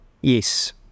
Yes